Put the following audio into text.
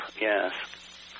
yes